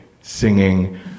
singing